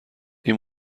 این